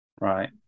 right